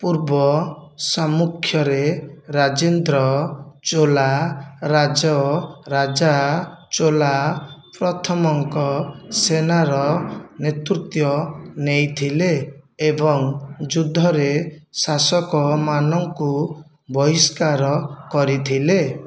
ପୂର୍ବ ସାମ୍ମୁଖ୍ୟରେ ରାଜେନ୍ଦ୍ର ଚୋଲା ରାଜରାଜା ଚୋଲା ପ୍ରଥମଙ୍କ ସେନାର ନେତୃତ୍ୱ ନେଇଥିଲେ ଏବଂ ଯୁଦ୍ଧରେ ଶାସକମାନଙ୍କୁ ବହିଷ୍କାର କରିଥିଲେ